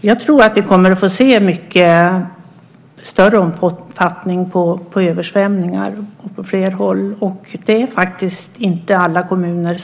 Jag tror dock att vi kommer att få se översvämningar i mycket större omfattning och på fler håll, och det är faktiskt inte alla kommuner